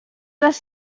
les